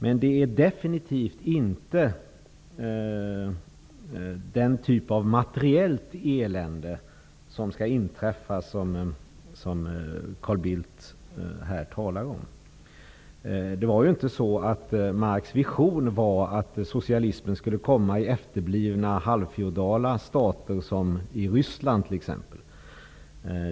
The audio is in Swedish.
Men det är definitivt inte den typ av materiellt elände som skall inträffa som Carl Bildt här talar om. Marx vision var inte att socialismen skulle komma i efterblivna, halvfeodala stater som Ryssland.